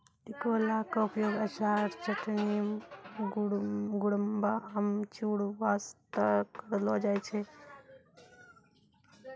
टिकोला के उपयोग अचार, चटनी, गुड़म्बा, अमचूर बास्तॅ करलो जाय छै